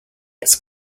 its